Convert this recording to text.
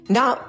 Now